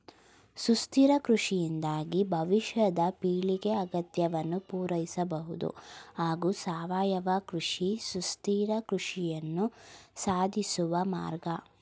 ಸುಸ್ಥಿರ ಕೃಷಿಯಿಂದಾಗಿ ಭವಿಷ್ಯದ ಪೀಳಿಗೆ ಅಗತ್ಯವನ್ನು ಪೂರೈಸಬಹುದು ಹಾಗೂ ಸಾವಯವ ಕೃಷಿ ಸುಸ್ಥಿರ ಕೃಷಿಯನ್ನು ಸಾಧಿಸುವ ಮಾರ್ಗ